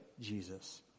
Jesus